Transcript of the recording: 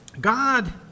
God